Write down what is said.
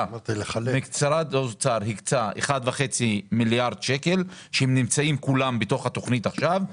משרד האוצר הקצה 1.5 מיליארד שקלים שנמצאים כולם בתוך התכנית עכשיו.